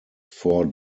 four